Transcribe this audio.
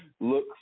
look